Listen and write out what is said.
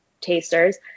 tasters